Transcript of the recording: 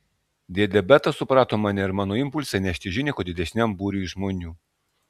dėdė betas suprato mane ir mano impulsą nešti žinią kuo didesniam būriui žmonių